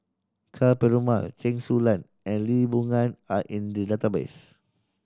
Ka Perumal Chen Su Lan and Lee Boon Ngan are in the database